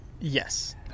Yes